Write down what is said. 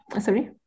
Sorry